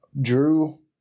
Drew